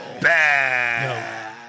Bad